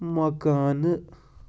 مکانہٕ